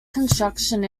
construction